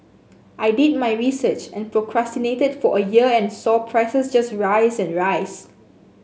I did my research and procrastinated for a year and saw prices just rise and rise